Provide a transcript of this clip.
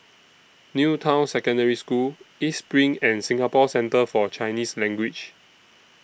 New Town Secondary School East SPRING and Singapore Centre For Chinese Language